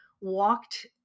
walked